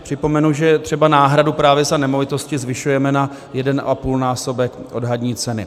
Připomenu, že třeba náhradu právě za nemovitosti zvyšujeme na 1,5násobek odhadní ceny.